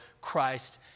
Christ